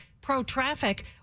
pro-traffic